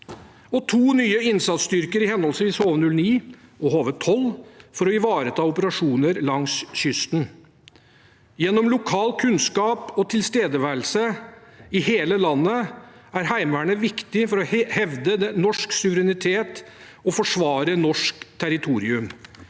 og to nye innsatsstyrker i henholdsvis HV-09 og HV-12 for å ivareta operasjoner langs kysten. Gjennom lokal kunnskap og tilstedeværelse i hele landet er Heimevernet viktig for å hevde norsk suverenitet og forsvare norsk territorium.